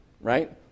right